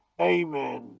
Amen